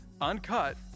uncut